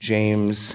James